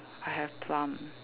I have plum